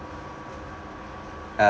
uh